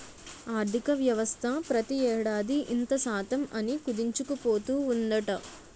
ఆర్థికవ్యవస్థ ప్రతి ఏడాది ఇంత శాతం అని కుదించుకుపోతూ ఉందట